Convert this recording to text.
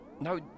No